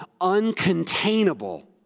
uncontainable